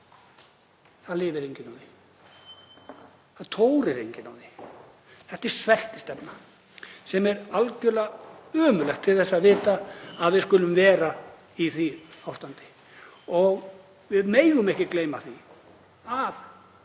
Það lifir enginn á því, tórir enginn á því. Þetta er sveltistefna og algerlega ömurlegt til þess að vita að við skulum vera í því ástandi. Við megum ekki gleyma því